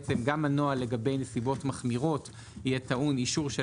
בעצם גם הנוהל לגבי נסיבות מחמירות יהיה טעון אישור של